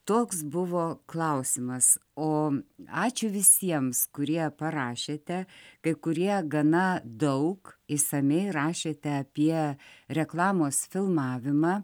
toks buvo klausimas o ačiū visiems kurie parašėte kai kurie gana daug išsamiai rašėte apie reklamos filmavimą